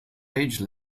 age